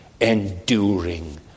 enduring